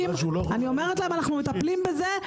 הם מנסים לעקוף את זה בסעיפים כאלה ואחרים.